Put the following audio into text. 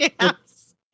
Yes